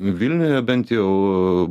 vilniuje bent jau